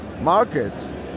market